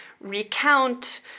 recount